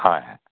হয়